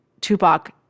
Tupac